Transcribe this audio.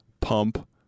Pump